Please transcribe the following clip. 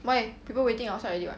why people waiting outside already [what]